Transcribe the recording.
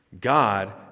God